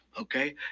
okay